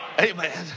Amen